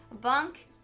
Bunk